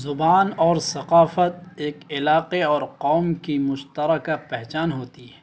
زبان اور ثقافت ایک علاقے اور قوم کی مشترکہ پہچان ہوتی ہے